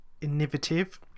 innovative